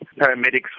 Paramedics